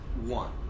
one